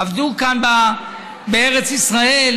עבדו כאן בארץ ישראל,